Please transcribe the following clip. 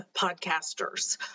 podcasters